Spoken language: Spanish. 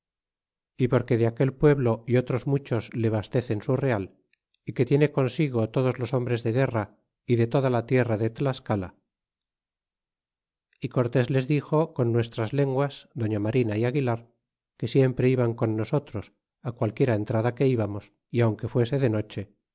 y porque de aquel pueblo y otros muchos le bastecen su real é que tiene consigo todos los hombres de guerra y de toda la tierra de tlascala y cortés les dixo con nuestras lenguas doña marina y aguilar que siempre iban con nosotros qualquiera entrada que íbamos y aunque fuese de noche